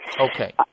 Okay